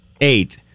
Eight